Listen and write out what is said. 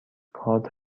کارت